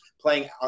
playing